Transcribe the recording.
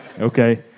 Okay